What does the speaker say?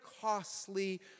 costly